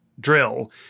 drill